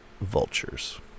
Vultures